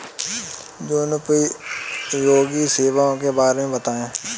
जनोपयोगी सेवाओं के बारे में बताएँ?